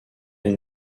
elle